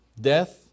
Death